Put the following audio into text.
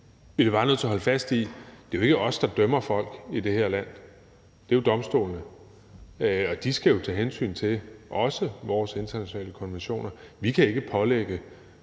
bliver bare nødt til holde fast i, at det jo ikke er os, der dømmer folk i det her land. Det er jo domstolene, og de skal også tage hensyn til også de internationale konventioner. Vi kan ikke pålægge